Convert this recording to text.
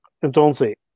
Entonces